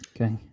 Okay